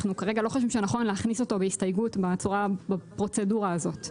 אנחנו כרגע לא חושבים שנכון להכניס אותו בהסתייגות בפרוצדורה הזאת.